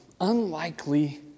unlikely